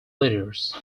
leaders